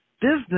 business